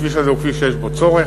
הכביש הזה הוא כביש שיש בו צורך,